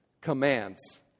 commands